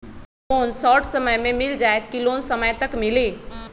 Loan short समय मे मिल जाएत कि लोन समय तक मिली?